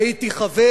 הייתי חבר